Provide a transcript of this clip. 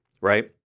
right